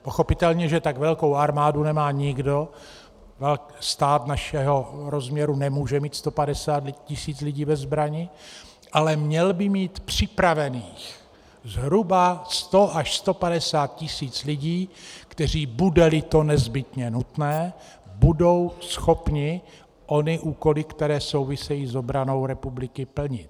Pochopitelně, že tak velkou armádu nemá nikdo, stát našeho rozměru nemůže mít 150 tisíc lidí ve zbrani, ale měl by mít připraveno zhruba 100 až 150 tisíc lidí, kteří, budeli to nezbytně nutné, budou schopni ony úkoly, které souvisejí s obranou republiky, plnit.